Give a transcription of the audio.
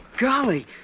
Golly